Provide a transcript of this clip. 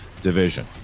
division